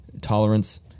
tolerance